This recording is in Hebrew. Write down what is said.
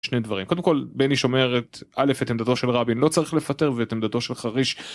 שני דברים קודם כל בניש אומרת אלף את עמדתו של רבין לא צריך לפטר ואת עמדתו של חריש.